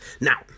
Now